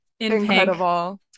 incredible